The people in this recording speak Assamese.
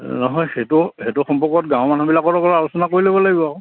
নহয় সেইটো সেইটো সম্পৰ্কত গাঁওৰ মানুহবিলাকৰ লগত আলোচনা কৰি ল'ব লাগিব আৰু